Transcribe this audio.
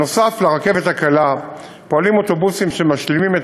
נוסף על הרכבת הקלה פועלים אוטובוסים שמשלימים את